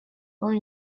born